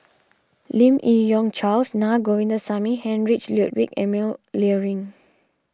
Lim Yi Yong Charles Na Govindasamy and Heinrich Ludwig Emil Luering